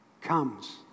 comes